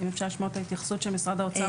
אם אפשר לשמוע את התייחסות של משרד האוצר